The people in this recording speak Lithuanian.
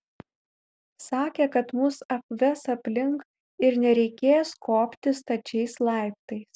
sakė kad mus apves aplink ir nereikės kopti stačiais laiptais